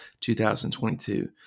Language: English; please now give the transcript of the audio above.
2022